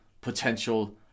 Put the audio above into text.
potential